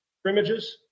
scrimmages